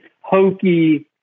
hokey